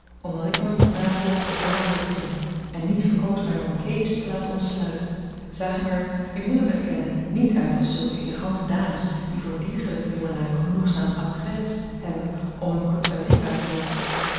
omdat ik nooit iets navolg dat ik belachelijk vind en niet verkoos mij door een cage te laten omsluiten zagen wij er ik moet het erkennen niet uit als zulke élégante dames die voor diergelijke jongelui genoegzaam attraits hebben om hunne courtoisie uit te lokken